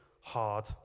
hard